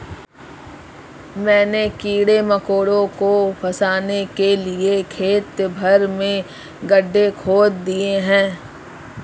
मैंने कीड़े मकोड़ों को फसाने के लिए खेत भर में गड्ढे खोद दिए हैं